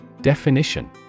Definition